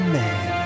man